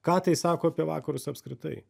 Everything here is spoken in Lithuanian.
ką tai sako apie vakarus apskritai